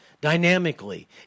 Dynamically